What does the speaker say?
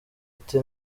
ati